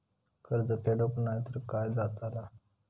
कर्ज फेडूक नाय तर काय जाताला?